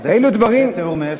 זה תיאור מאיפה?